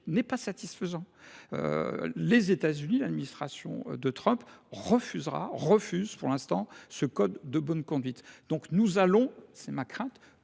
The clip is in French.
n'est pas satisfaisant. Les États-Unis, l'administration de Trump, refusera, refusent pour l'instant ce code de bonne conduite. Donc nous allons, c'est ma crainte,